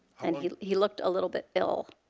and he he looked a little bit ill.